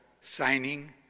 signing